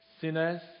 sinners